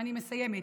ואני מסיימת.